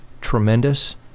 tremendous